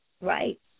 Right